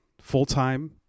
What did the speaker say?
full-time